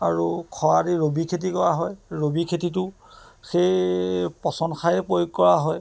আৰু খৰালিত ৰবি খেতি কৰা হয় ৰবি খেতিটো সেই পচন সাৰেই প্ৰয়োগ কৰা হয়